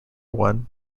one